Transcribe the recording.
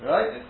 Right